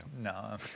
No